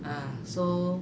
uh so